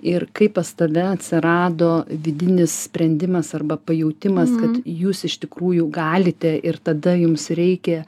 ir kaip pas tave atsirado vidinis sprendimas arba pajautimas kad jūs iš tikrųjų galite ir tada jums reikia